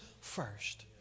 first